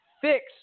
fix